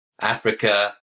Africa